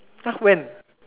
!huh! when